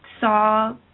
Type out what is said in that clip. saw